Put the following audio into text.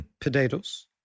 potatoes